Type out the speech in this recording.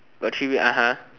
got three wheel (uh huh)